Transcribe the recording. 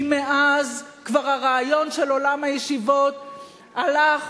כי מאז כבר הרעיון של עולם הישיבות הלך,